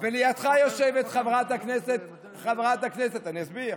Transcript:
לידך יושבת חברת הכנסת ------ אני אסביר,